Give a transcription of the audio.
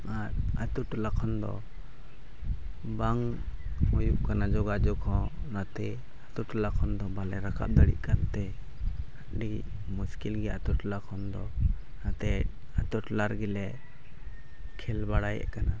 ᱟᱨ ᱟᱹᱛᱩ ᱴᱚᱞᱟ ᱠᱷᱚᱱ ᱫᱚ ᱵᱟᱝ ᱦᱳᱭᱳᱜ ᱠᱟᱱᱟ ᱡᱳᱜᱟᱡᱳᱜᱽ ᱦᱚᱸ ᱚᱱᱟᱛᱮ ᱟᱹᱛᱩ ᱴᱚᱞᱟ ᱠᱷᱚᱱ ᱫᱚ ᱵᱟᱞᱮ ᱨᱟᱠᱟᱵ ᱫᱟᱲᱮᱜ ᱠᱟᱱᱛᱮ ᱟᱹᱰᱤ ᱢᱩᱥᱠᱤᱞ ᱜᱮᱭᱟ ᱟᱹᱛᱩ ᱴᱚᱞᱟ ᱠᱷᱚᱱ ᱫᱚ ᱚᱱᱟᱛᱮ ᱟᱹᱛᱩ ᱴᱚᱞᱟ ᱨᱮᱜᱮ ᱞᱮ ᱠᱷᱮᱹᱞ ᱵᱟᱲᱟᱭᱮᱫ ᱠᱟᱱᱟ